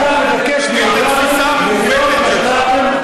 אתה מבקש מאיתנו, זו התפיסה המעוותת שלך.